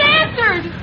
answered